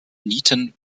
nieten